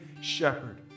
shepherd